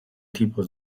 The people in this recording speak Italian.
tipo